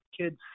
kids